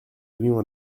avions